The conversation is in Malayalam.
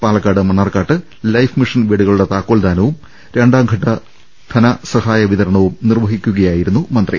പാല ക്കാട് മണ്ണാർക്കാട്ട് ലൈഫ് മിഷൻ വീടുകളുടെ താക്കോൽദാനവും രണ്ടാംഘട്ടി ധനസഹായ വിതര ണവും നിർവ്വഹിക്കുകയായിരുന്നു മന്ത്രി